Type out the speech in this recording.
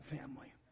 family